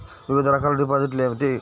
వివిధ రకాల డిపాజిట్లు ఏమిటీ?